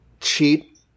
cheat